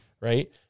Right